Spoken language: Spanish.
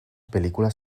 películas